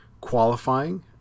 qualifying